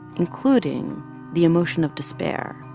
including the emotion of despair.